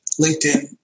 LinkedIn